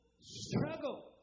struggle